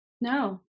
No